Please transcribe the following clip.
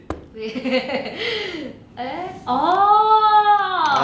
err orh